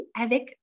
avec